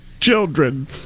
children